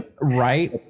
right